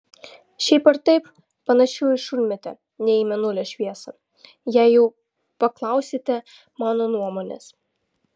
šiaip ar taip panašiau į šunmėtę nei į mėnulio šviesą jei jau paklausite mano nuomonės